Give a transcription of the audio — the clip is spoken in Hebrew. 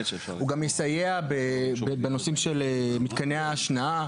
הוא גם יסייע בנושאים של מתקני ההשנאה.